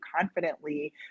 confidently